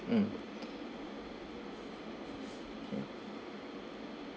mm mm